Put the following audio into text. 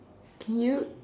can you